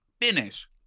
finish